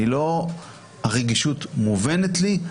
הרגישות מובנת לי,